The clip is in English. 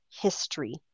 history